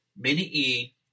Mini-E